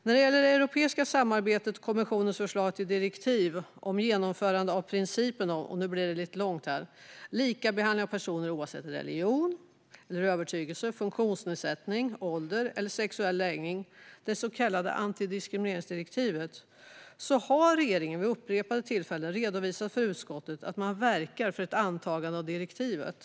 När det gäller det europeiska samarbetet och kommissionens förslag till direktiv om genomförande av principen om likabehandling av personer oavsett religion eller övertygelse, funktionshinder, ålder eller sexuell läggning, det så kallade antidiskrimineringsdirektivet, har regeringen vid upprepade tillfällen redovisat för utskottet att man verkar för ett antagande av direktivet.